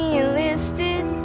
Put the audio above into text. enlisted